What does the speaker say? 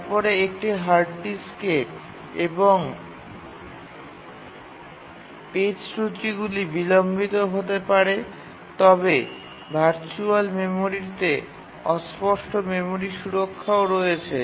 তারপরে এটি hard disk এবং পেজ ত্রুটিগুলি বিলম্বিত হতে পারে তবে ভার্চুয়াল মেমরিটিতে অস্পষ্ট মেমরি সুরক্ষাও রয়েছে